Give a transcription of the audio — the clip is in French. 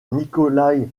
nikolaï